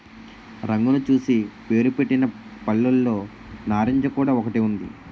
రంగును చూసి పేరుపెట్టిన పళ్ళులో నారింజ కూడా ఒకటి ఉంది